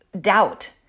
doubt